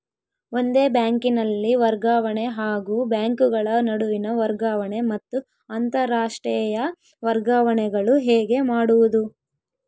ಒಂದೇ ಬ್ಯಾಂಕಿನಲ್ಲಿ ವರ್ಗಾವಣೆ ಹಾಗೂ ಬ್ಯಾಂಕುಗಳ ನಡುವಿನ ವರ್ಗಾವಣೆ ಮತ್ತು ಅಂತರಾಷ್ಟೇಯ ವರ್ಗಾವಣೆಗಳು ಹೇಗೆ ಮಾಡುವುದು?